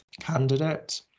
candidate